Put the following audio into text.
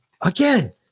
Again